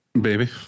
baby